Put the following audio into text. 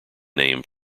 name